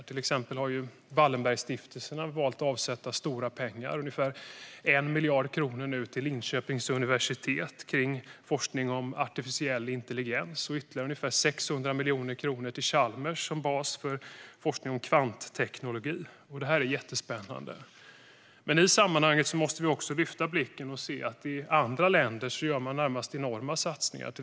Till exempel har Wallenbergstiftelserna valt att avsätta stora pengar, ungefär 1 miljard kronor, till Linköpings universitet för forskning om artificiell intelligens, och ytterligare ungefär 600 miljoner kronor till Chalmers för forskning om kvantteknologi. Detta är jättespännande! Men i detta sammanhang måste vi också lyfta blicken och se att man i andra länder gör närmast enorma satsningar.